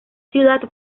ciudad